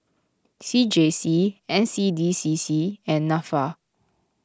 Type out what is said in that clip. C J C N C D C C and Nafa